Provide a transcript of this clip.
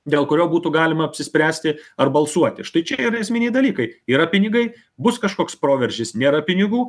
dėl kurio būtų galima apsispręsti ar balsuoti štai čia yra esminiai dalykai yra pinigai bus kažkoks proveržis nėra pinigų